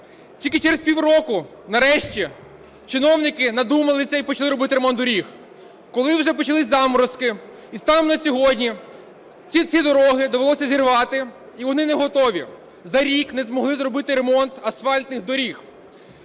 Тільки через півроку, нарешті, чиновники надумалися і почали робити ремонт доріг, коли вже почалися заморозки. І станом на сьогодні ці дороги довелося зірвати, і вони не готові. За рік не змогли зробити ремонт асфальтних доріг.